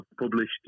published